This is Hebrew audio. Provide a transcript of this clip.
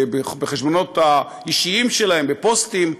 בחשבונות האישיים שלהם, בפוסטים,